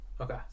Okay